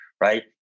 right